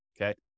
okay